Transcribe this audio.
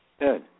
good